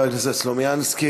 חבר הכנסת סלומינסקי.